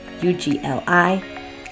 U-G-L-I